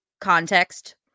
context